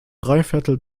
dreiviertel